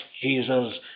Jesus